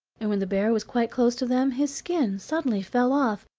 and when the bear was quite close to them his skin suddenly fell off,